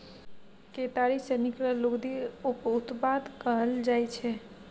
केतारी सँ निकलल लुगदी उप उत्पाद कहल जाइ छै